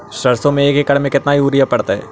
सरसों में एक एकड़ मे केतना युरिया पड़तै?